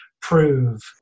prove